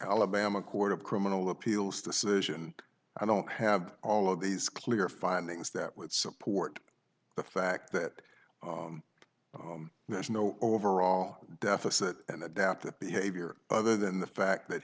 alabama court of criminal appeals decision i don't have all of these clear findings that would support the fact that there's no overall deficit and adaptive behavior other than the fact that